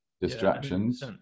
distractions